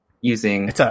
using